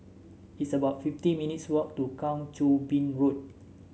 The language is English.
it's about fifty minutes' walk to Kang Choo Bin Road